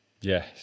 Yes